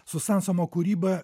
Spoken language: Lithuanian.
su sansomo kūryba